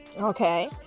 Okay